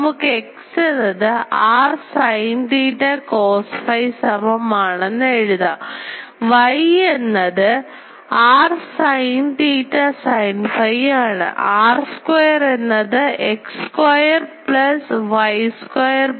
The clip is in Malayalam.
നമുക്ക് x എന്നത് r sin theta cos phi സമമാണെന്ന്എഴുതാം y എന്നത് r sin theta sin phi ആണ് r square എന്നത് x square plus y square plus z square ആണ്